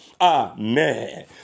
Amen